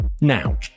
Now